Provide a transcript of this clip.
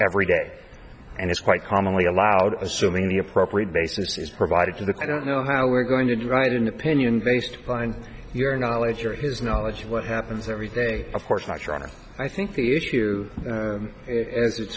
every day and it's quite commonly allowed assuming the appropriate basis is provided to the don't know how we're going to write an opinion based on your knowledge or his knowledge of what happens every day of course not your honor i think the issue as it's